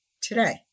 today